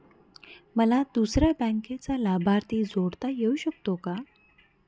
मला दुसऱ्या बँकेचा लाभार्थी जोडता येऊ शकतो का?